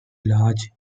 large